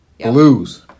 blues